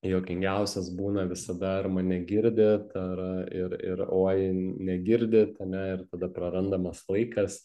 juokingiausias būna visada ar mane girdit ar ir ir oi negirdit ane ir tada prarandamas laikas